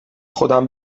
خودم